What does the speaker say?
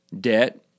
Debt